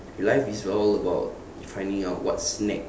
life is all about finding out what's next